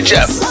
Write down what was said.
Jeff